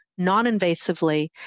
non-invasively